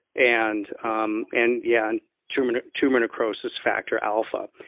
and um and yeah, and tumor tumor necrosis factor alpha.